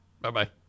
Bye-bye